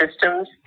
systems